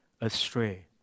astray